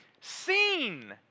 seen